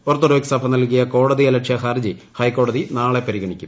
orthodox സഭ നൽകിയ കോടതി അലക്ഷ്യ ഹർജി ഹൈക്കോടതി നാളെ പരിഗണിക്കും